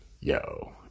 yo